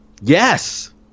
Yes